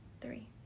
three